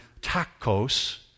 tacos